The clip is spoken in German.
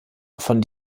von